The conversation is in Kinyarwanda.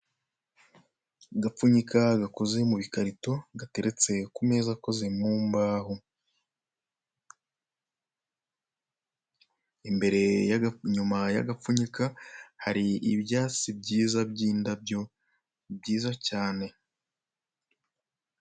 Agapfunyika gakozwe mu bikarito gateretse ku meza akoze mu mbaho. Imbere, inyuma y'agapfunyika hari ibyatsi byiza by'indabyo byiza cyane.